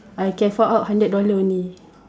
I can fork out hundred dollars only